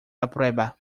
aprueba